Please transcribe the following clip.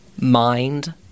Mind